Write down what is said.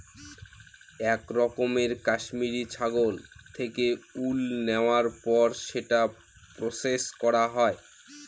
এক রকমের কাশ্মিরী ছাগল থেকে উল নেওয়ার পর সেটা প্রসেস করা হয়